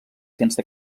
sense